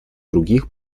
других